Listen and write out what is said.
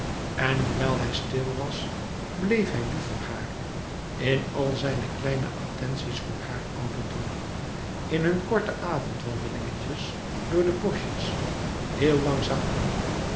en hoewel hij stil was bleef hij lief voor haar louis couperus metamorfoze in al zijne kleine attenties voor haar ouderdom in hun korte avondwandelingetjes door de boschjes heel langzaam aan